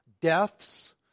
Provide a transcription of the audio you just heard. deaths